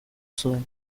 zuen